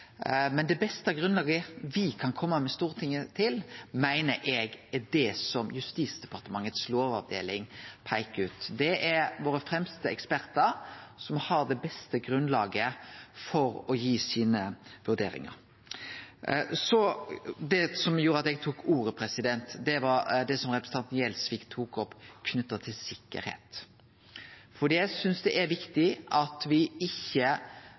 men det beste grunnlaget me kan kome til Stortinget med, meiner eg er det som Justisdepartementets lovavdeling peiker ut. Det er våre fremste ekspertar, som har det beste grunnlaget for å gi sine vurderingar. Det som gjorde at eg tok ordet, var det som representanten Gjelsvik tok opp knytt til sikkerheit, for eg synest det er viktig at desse debattane ikkje